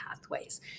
pathways